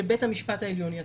שבית המשפט העליון יצר.